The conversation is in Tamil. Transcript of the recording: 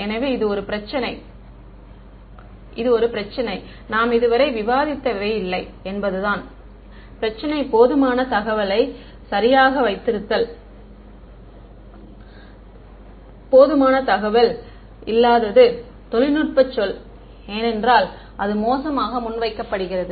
எனவே இது ஒரு பிரச்சினை அதாவது நாம் இதுவரை விவாதித்தவை இல்லை என்பதுதான் பிரச்சினை போதுமான தகவலை சரியாக வைத்திருத்தல் போதுமான தகவல் இல்லாதது தொழில்நுட்பச் சொல் ஏனென்றால் அது மோசமாக முன்வைக்கப்படுகிறது